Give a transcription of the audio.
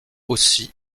aussi